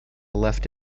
left